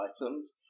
items